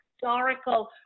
historical